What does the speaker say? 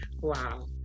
wow